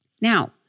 Now